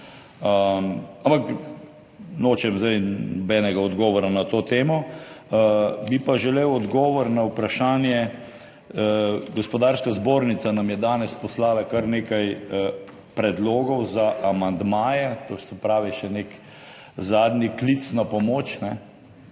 ampak nočem sedaj nobenega odgovora na to temo. Bi pa želel odgovor na vprašanje. Gospodarska zbornica nam je danes poslala kar nekaj predlogov za amandmaje, to se pravi, še nek zadnji klic na pomoč.